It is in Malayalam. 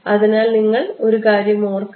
അതിനാൽ നിങ്ങൾ ഒരു കാര്യം ഓർക്കണം